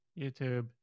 YouTube